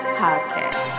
podcast